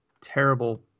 terrible